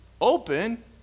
open